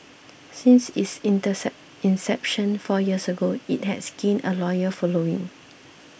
since its intercept inception four years ago it has gained a loyal following